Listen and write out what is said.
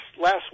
last